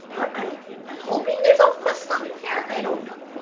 i'm i'm hoping there's elfquest stuff in here, i don't know.